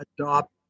adopt